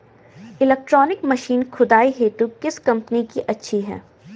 Electronic machine खुदाई हेतु किस कंपनी की अच्छी है?